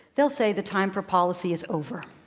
they'll say the time for policy is over.